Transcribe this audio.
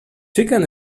chicken